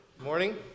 Morning